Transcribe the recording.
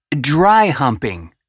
dry-humping